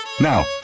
Now